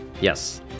Yes